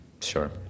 Sure